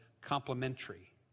complementary